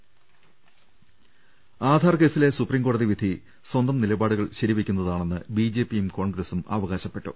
ൾ ൽ ൾ ആധാർ കേസിലെ സുപ്രീം കോടതി വിധി സ്വന്തം നിലപാടുകൾ ശരിവെക്കുന്നതാണെന്ന് ബിജെപിയും കോൺഗ്രസും അവകാശപ്പെട്ടു